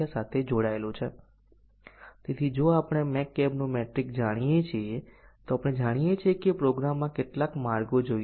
હવે બીજી જરૂરિયાત એ છે કે અહીંની દરેક એટોમિક કન્ડીશન સાચી અને ખોટી કિંમત લેવી જોઈએ